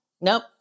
nope